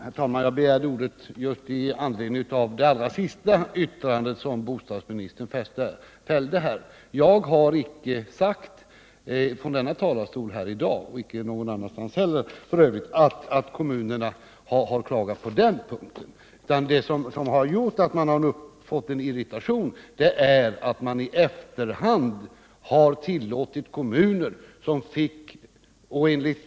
Herr talman! Jag begärde ordet med anledning av det allra sista yttrandet som bostadsministern fällde. Jag har inte sagt från denna talarstol här i dag och f. ö. inte heller någon annanstans att kommunerna klagat på den punkten, utan det som vållat irritation är att man i efterhand har tillåtit kommuner att använda pengarna 1978.